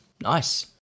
Nice